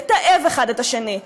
לתעב אחד את השני.